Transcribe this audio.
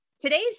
Today's